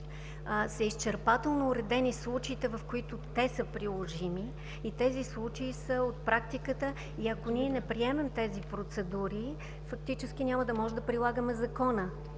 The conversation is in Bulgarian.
са изчерпателно уредени случаите, в които са приложими, и те са от практиката. Ако ние не приемем тези процедури, фактически няма да можем да прилагаме Закона.